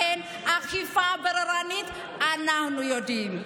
לכן, אכיפה בררנית, אנחנו יודעים.